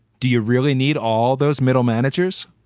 do you really need all those middle managers?